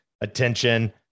attention